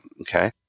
okay